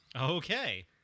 Okay